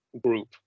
group